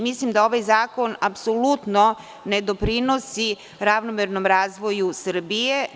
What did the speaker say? Mislim da ovaj zakon ne doprinosi ravnomernom razvoju Srbije.